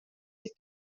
les